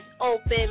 open